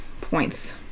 points